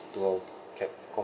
to our computer